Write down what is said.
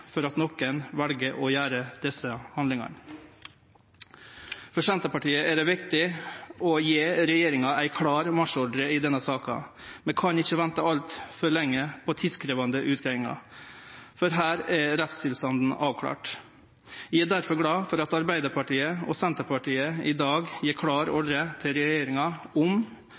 for at nokon vel å utføre desse handlingane. For Senterpartiet er det viktig å gje regjeringa ein klar marsjordre i denne saka. Vi kan ikkje vente altfor lenge på tidkrevjande utgreiingar, for her er rettsstilstanden avklart. Eg er difor glad for at Arbeidarpartiet og Senterpartiet i dag gjev klar ordre til regjeringa om